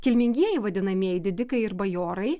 kilmingieji vadinamieji didikai ir bajorai